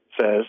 says